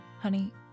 Honey